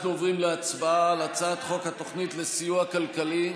אנחנו עוברים להצבעה על הצעת חוק התוכנית לסיוע כלכלי.